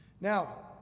Now